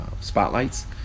spotlights